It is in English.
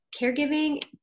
caregiving